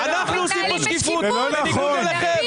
אנחנו עושים פה שקיפות, בניגוד אליכם.